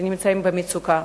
שנמצאים במצוקה.